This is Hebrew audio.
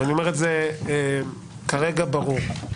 ואני אומר זאת כרגע ברור,